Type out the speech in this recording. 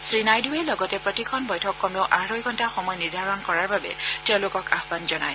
শ্ৰীনাইডুৰে লগতে প্ৰতিখন বৈঠক কমেও আঢ়ৈ ঘণ্টা সময় নিৰ্ধাৰণ কৰাৰ বাবে তেওঁলোকক আহান জনায়